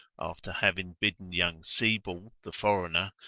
after having bidden young sebald, the foreigner,